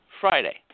Friday